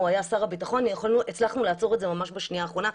היה שר ביטחון הצלחנו לעצור את זה ממש בשנייה האחרונה.